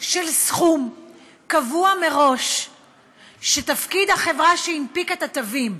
של סכום קבוע מראש של החברה שהנפיקה את התווים.